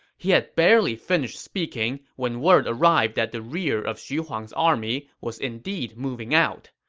he had barely finished speaking when word arrived that the rear of xu huang's army was indeed moving out.